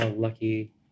lucky